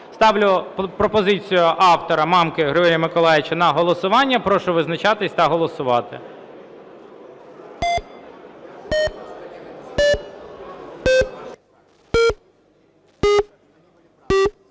Ставлю пропозицію автора Мамки Григорія Миколайовича на голосування. Прошу визначатись та голосувати.